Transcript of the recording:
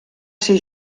ser